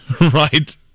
Right